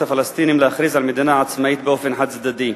הפלסטינים להכריז על מדינה עצמאית באופן חד-צדדי.